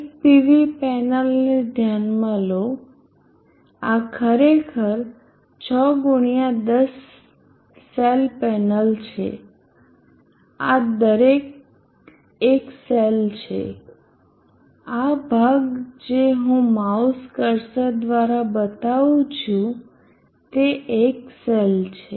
એક PV પેનલને ધ્યાનમાં લો આ ખરેખર 6 ગુણ્યા 10 સેલ પેનલ છે આ દરેક એક સેલ છે આ ભાગ જે હું માઉસ કર્સર દ્વારા બતાવું છું એ એક સેલ છે